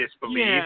disbelieve